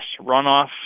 runoff